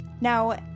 Now